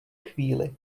chvíli